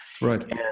Right